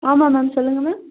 ஆமாம் மேம் சொல்லுங்கள் மேம்